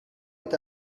est